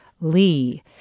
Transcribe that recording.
Lee